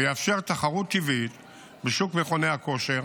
ויאפשר תחרות טבעית בשוק מכוני הכושר